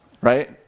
right